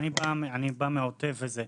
בא מהעוטף.